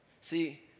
See